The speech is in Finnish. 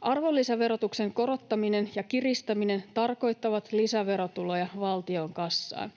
Arvonlisäverotuksen korottaminen ja kiristäminen tarkoittavat lisäverotuloja valtion kassaan.